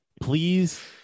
please